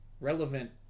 relevant